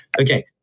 Okay